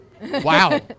Wow